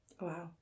Wow